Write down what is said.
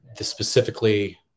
specifically